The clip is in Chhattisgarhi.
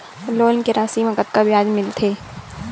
लोन के राशि मा कतका ब्याज मिलथे?